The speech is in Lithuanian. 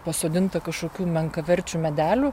pasodinta kažkokių menkaverčių medelių